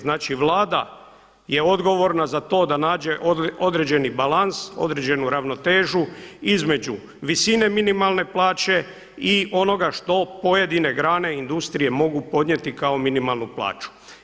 Znači, Vlada je odgovorna za to da nađe određeni balans, određenu ravnotežu između visine minimalne plaće i onoga što pojedine grane industrije mogu podnijeti kao minimalnu plaću.